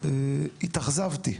התאכזבתי